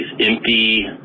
empty